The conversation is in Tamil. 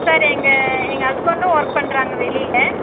சார் எங்கள் எங்கள் ஹஸ்பண்ட்டும் ஒர்க் பண்ணுறாங்க வெளியில்